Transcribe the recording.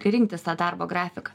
rinktis tą darbo grafiką